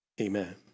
Amen